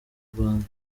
rwanda